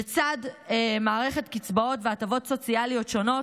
לצד מערכת קצבאות והטבות סוציאליות שונות,